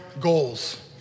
goals